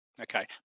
okay